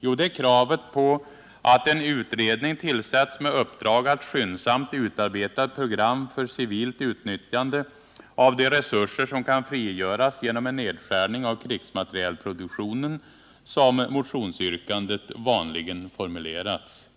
Jo, det är kravet på ”att en utredning tillsätts med uppdrag att skyndsamt utarbeta ett program för civilt utnyttjande av de resurser som kan frigöras genom en nedskärning av krigsmaterielproduktionen”, som motionsyrkandet vanligen formulerats.